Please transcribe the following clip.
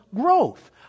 growth